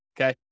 okay